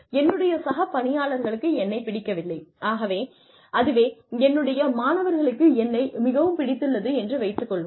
என்னுடைய சக பணியாளர்களுக்கு என்னைப் பிடிக்கவில்லை அதுவே என்னுடைய மாணவர்களுக்கு என்னை மிகவும் பிடித்துள்ளது என்று வைத்துக் கொள்வோம்